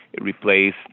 replace